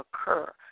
occur